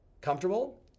Comfortable